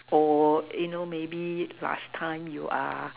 or you know maybe last time you are